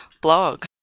blog